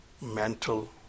mental